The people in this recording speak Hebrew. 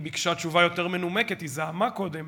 היא ביקשה תשובה יותר מנומקת, היא זעמה קודם